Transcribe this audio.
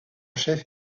chef